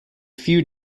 few